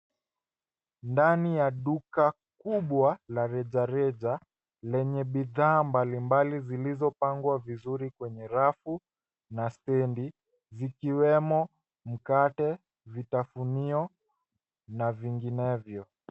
Ndani ya duka kubwa la rejareja lenye bidhaa mbalimbali zilizopangwa vizuri kwenye rafu na stendi vikiwemo mkate na vitafunio na vinginevyo.